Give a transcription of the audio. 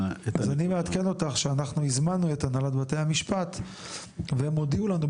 אני מעדכן אותך שאנחנו הזמנו את הנהלת בתי המשפט והם הודיעו לנו,